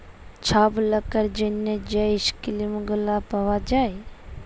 ছব লকের জ্যনহে যে ইস্কিম গুলা পাউয়া যায়